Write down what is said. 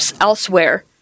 elsewhere